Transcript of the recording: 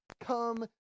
come